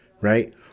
Right